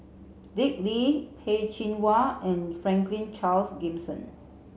Dick Lee Peh Chin Hua and Franklin Charles Gimson